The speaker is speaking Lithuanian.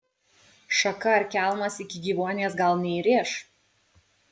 šaka ar kelmas iki gyvuonies gal neįrėš